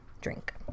drink